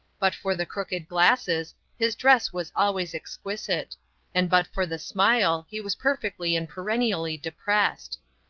but for the crooked glasses his dress was always exquisite and but for the smile he was perfectly and perennially depressed.